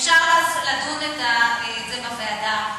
אפשר לדון על זה בוועדה,